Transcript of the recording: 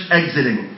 exiting